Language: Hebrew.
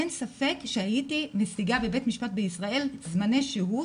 אין ספק שהייתי משיגה בבית משפט בישראל זמני שהות